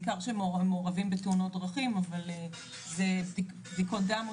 בעיקר שמעורבים בתאונות דרכים זה בדיקות דם או